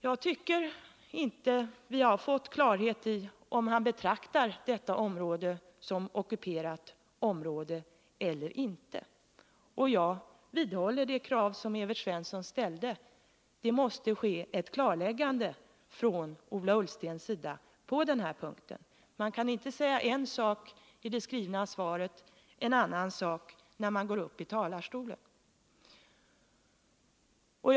Jag tycker inte att vi har fått klarhet i om han betraktar detta område som ockuperat område eller inte, och jag instämmer i det krav som Evert Svensson ställde: Det måste ske ett klarläggande från Ola Ullstens sida på den här punkten. Man kan inte säga en sak i det skrivna svaret, en annan sak när man går upp i talarstolen och gör nya inlägg.